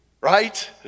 Right